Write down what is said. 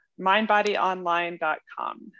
Mindbodyonline.com